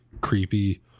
creepy